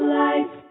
life